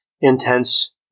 intense